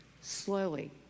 slowly